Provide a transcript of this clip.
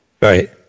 Right